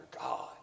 God